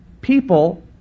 people